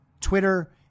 Twitter